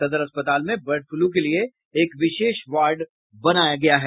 सदर अस्पताल में बर्ड फ्लू के लिये एक विशेष वार्ड बनाया गया है